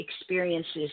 experiences